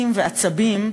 פקקים ועצבים,